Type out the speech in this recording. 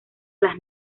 las